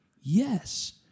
yes